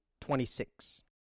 Twenty-six